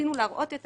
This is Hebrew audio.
רצינו להראות את